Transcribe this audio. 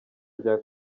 rya